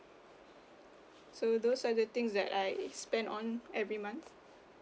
so those are the things that I spend on every month